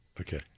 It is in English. Okay